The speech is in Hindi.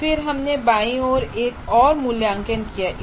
और फिर हमने बाईं ओर एक और मूल्यांकन किया है